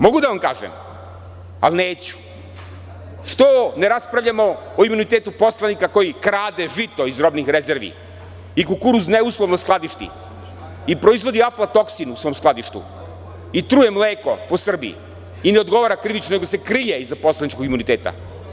Mogu da vam kažem, ali neću – što ne raspravljamo o imunitetu poslanika koji krade žito iz robnih rezervi i kukuruz ne uslovno skladišti i proizvodi aflatoksin u svom skladištu i truje mleko po Srbiji i ne odgovara krivično nego se krije iza poslaničkog imuniteta.